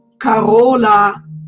carola